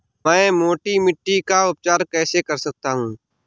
मैं मोटी मिट्टी का उपचार कैसे कर सकता हूँ?